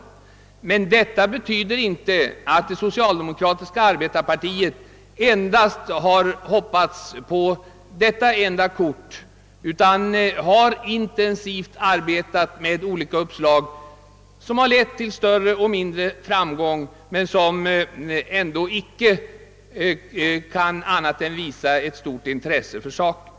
Detta betyder emellertid inte att det socialdemokratiska arbetarpartiet hade detta enda kort alt hoppas på, utan partiet har intensivt arbetat med olika uppslag, som har lett till större och mindre framgång men som ändå icke kan annat än visa att partiet haft stort intresse för saken.